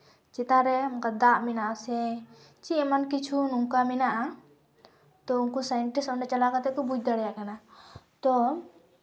ᱪᱮᱛᱟᱱ ᱨᱮ ᱚᱱᱠᱟ ᱫᱟᱜ ᱢᱮᱱᱟᱜ ᱟᱥᱮ ᱪᱮᱫ ᱮᱢᱚᱱ ᱠᱤᱪᱷᱩ ᱱᱚᱝᱠᱟ ᱢᱮᱱᱟᱜᱼᱟ ᱛᱚ ᱩᱱᱠᱩ ᱥᱟᱭᱮᱱᱴᱤᱥᱴ ᱚᱸᱰᱮ ᱪᱟᱞᱟᱣ ᱠᱟᱛᱮ ᱠᱚ ᱵᱩᱡᱽ ᱫᱟᱲᱮᱭᱟᱜ ᱠᱟᱱᱟ ᱛᱚ